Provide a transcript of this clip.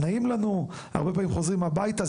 נעים לנו והרבה פעמים חוזרים מכאן הביתה,